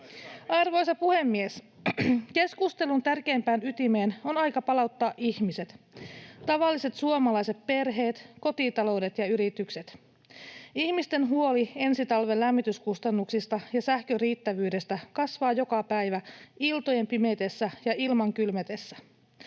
Arvoisa puhemies! Keskustelun tärkeimpään ytimeen on aika palauttaa ihmiset, tavalliset suomalaiset perheet, kotitaloudet ja yritykset. Ihmisten huoli ensi talven lämmityskustannuksista ja sähkön riittävyydestä kasvaa joka päivä iltojen pimetessä ja ilman kylmetessä.